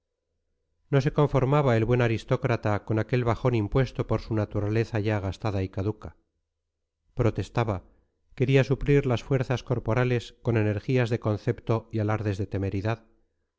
no se conformaba el buen aristócrata con aquel bajón impuesto por su naturaleza ya gastada y caduca protestaba quería suplir las fuerzas corporales con energías de concepto y alardes de temeridad